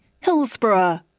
Hillsborough